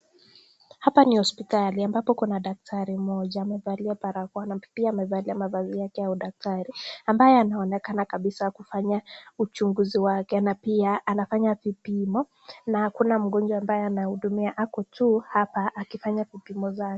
Hapa ni hospitali ambapo kuna daktari mmoja amevalia barakoa na pia amevalia mavazi yake ya udaktari, ambaye anaonekana kabisa anafanya uchunguzi wake na pia anafanya vipimo. Na kuna mgonjwa ambaye anahudumia ako tu hapa akifanya vipimo zake.